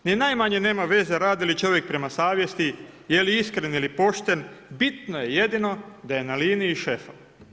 Ni najmanje nema veze radi li čovjek prema savjesti, je li iskren ili pošten, bitno je jedino da je na liniji šefa.